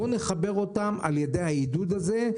בואו נחבר אותם על ידי העידוד הזה.